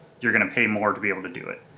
you're gonna pay more to be able to do it.